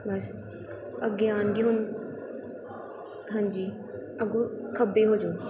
ਬਸ ਅੱਗੇ ਆਣਗੇ ਹੁਣ ਹਾਂਜੀ ਅੱਗੋਂ ਖੱਬੇ ਹੋ ਜਾਓ